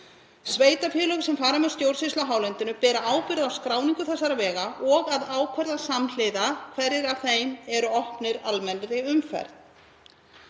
Sveitarfélög sem fara með stjórnsýslu á hálendinu bera ábyrgð á skráningu þessara vega og að ákvarða samhliða hverjir þeirra eru opnir almennri umferð.